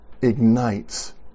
ignites